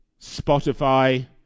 Spotify